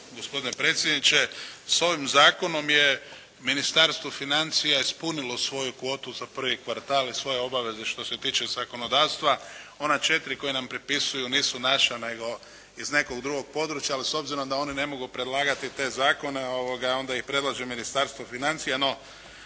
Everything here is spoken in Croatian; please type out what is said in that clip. gospodine predsjedniče. S ovim zakonom je Ministarstvo financija ispunilo svoju kvotu za prvi kvartal i svoje obaveze što se tiče zakonodavstva. Ona četiri koja nam pripisuju nisu naša, nego iz nekog drugog područja, ali s obzirom da oni ne mogu predlagati te zakone, onda ih predlaže Ministarstvo financija.